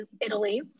Italy